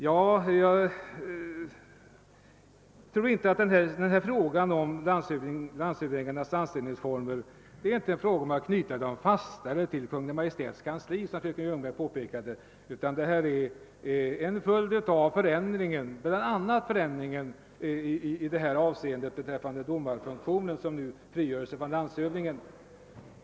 Jag tror inte att frågan om landshöv-: dingarnas anställningsform gäller att knyta dem fastare till Kungl. Maj:ts kansli, som fröken Ljungberg gjorde: gällande, utan det är bl.a. en följd av förändringen beträffande domarfunktionen, som nu frigörs från landshövdingen.